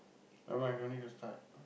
nevermind don't need to start